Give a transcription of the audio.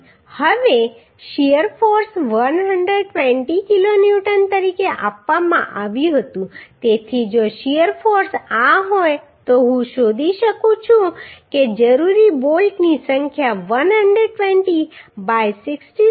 હવે shear force 120 kilonewton તરીકે આપવામાં આવ્યું હતું તેથી જો શીયર ફોર્સ આ હોય તો હું શોધી શકું છું કે જરૂરી બોલ્ટની સંખ્યા 120 બાય 66